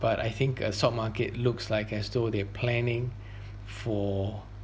but I think uh stock market looks like as though they're planning for